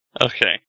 Okay